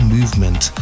Movement